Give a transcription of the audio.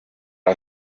ubu